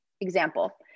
example